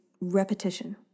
repetition